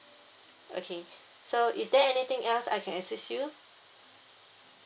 okay so is there anything else I can assist you